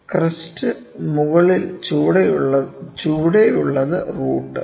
crest മുകളിൽ ചുവടെയുള്ളത് root